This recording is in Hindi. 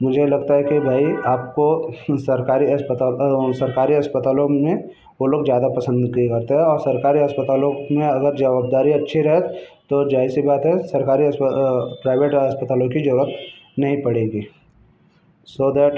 मुझे लगता है कि भाई आपको इन सरकारी अस्पताल सरकारी अस्पतालों में वह लोग ज़्यादा पसंद करते हैं और सरकारी अस्पतालो में अगर जवाबदारी अच्छी रहे तो ज़ाहिर सी बात है सरकारी अस्प प्राइवेट अस्पतालों की ज़रूरत नहीं पड़ेगी सो दैट